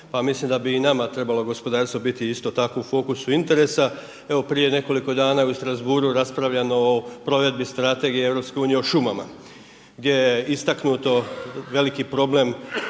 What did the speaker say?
mislim da bi i nama trebalo gospodarstvo biti isto tako u fokusu interesa. Evo prije nekoliko dana je u Strasbourgu raspravljano o provedbi Strategije Europske Unije o šumama, gdje je istaknuto veliki problem